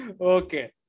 Okay